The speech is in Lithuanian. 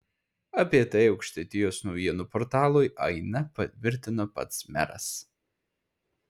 apie tai aukštaitijos naujienų portalui aina patvirtino pats meras